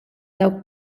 dawk